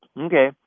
Okay